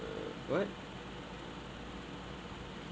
what